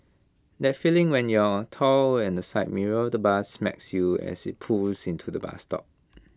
that feeling when you're tall and the side mirror of the bus smacks you as IT pulls into the bus stop